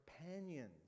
companions